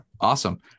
awesome